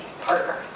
partner